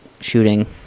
shooting